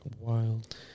wild